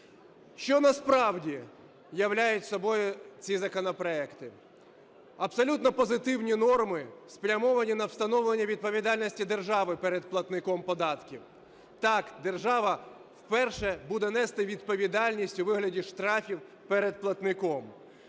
Що насправді являють собою ці законопроекти? Абсолютно позитивні норми, спрямовані на встановлення відповідальності держави перед платником податків. Так, держава вперше буде нести відповідальність у вигляді штрафів перед платником.